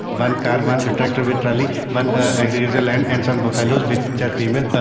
one car, one tractor with trolley, one agriculture land. and some buffaloes which are female.